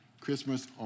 Christmas